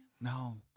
No